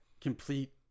complete